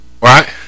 right